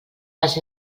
les